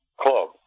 Club